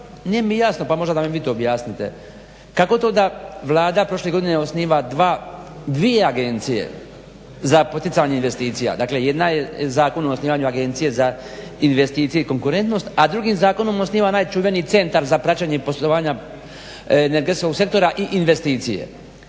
nije mi jasno pa da mi vi to možda objanite. Kako to da Vlada prošle godine osniva dvije agencije da poticanje investicija, dakle jedna je Zakon o osnivanju Agencije za investicije i konkurentnost, a drugim zakonom osniva onaj čuveni centar za praćenje poslovanja energetskog sektora i investicije.